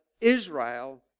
Israel